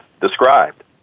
described